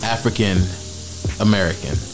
African-American